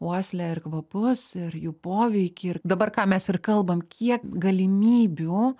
uoslę ir kvapus ir jų poveikį ir dabar ką mes ir kalbam kiek galimybių